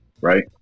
right